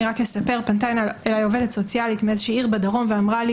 פנתה אליי עובדת סוציאלית מאיזושהי עיר בדרום ואמרה לי